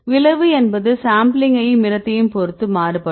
விளைவு என்பது சாம்பிளிங்கையும் இடத்தையும் பொருத்து மாறுபடும்